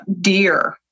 deer